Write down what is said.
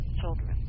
children